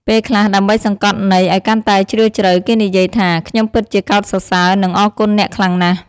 ពេលខ្លះដើម្បីសង្កត់ន័យឱ្យកាន់តែជ្រាលជ្រៅ គេនិយាយថា ខ្ញុំពិតជាកោតសរសើរ និងអរគុណអ្នកខ្លាំងណាស់។